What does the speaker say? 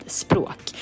språk